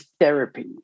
therapy